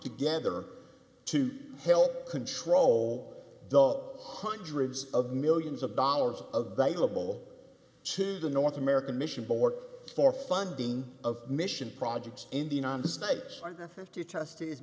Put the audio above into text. to gether to help control the hundreds of millions of dollars of valuable to the north american mission board for funding of mission projects in the united states and the fifty truste